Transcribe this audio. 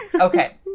Okay